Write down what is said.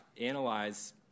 analyze